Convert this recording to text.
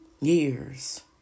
Years